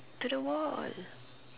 to the wall